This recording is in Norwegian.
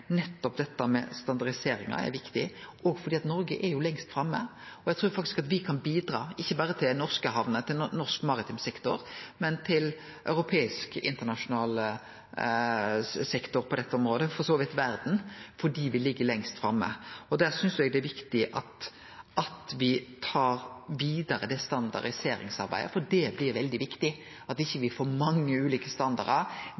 dette med standardisering, er viktig, òg fordi Noreg er lengst framme. Eg trur faktisk at me kan bidra ikkje berre til norske hamner og norsk maritim sektor, men òg til europeisk og internasjonal sektor på dette området, for så vidt òg verda, fordi me ligg lengst framme. Eg synest det er viktig at me tar standardiseringsarbeidet vidare, for det blir veldig viktig at me ikkje